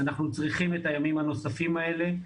אנחנו צריכים את הימים הנוספים האלה.